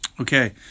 Okay